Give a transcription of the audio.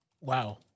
Wow